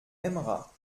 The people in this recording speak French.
aimera